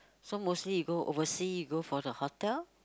so mostly you go overseas go for the hotel